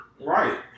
Right